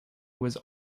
was